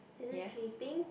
is it sleeping